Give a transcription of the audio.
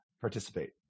participate